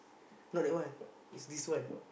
not that one is this one